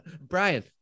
brian